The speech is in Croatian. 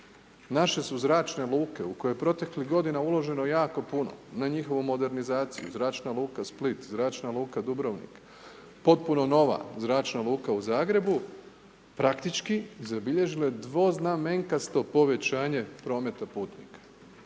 Naše su zračne luke, u koje je proteklih godina uloženo jako puno, na njihovu modernizaciju, zračna luka Split, zračna luka Dubrovnik, potpuno nova zračna luka u Zagrebu, praktički zabilježile dvoznamenkasto povećanje prometa putnika.